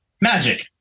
magic